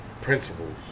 Principles